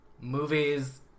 movies